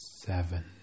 seven